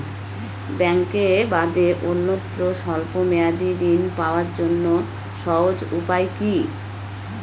ব্যাঙ্কে বাদে অন্যত্র স্বল্প মেয়াদি ঋণ পাওয়ার জন্য সহজ উপায় কি?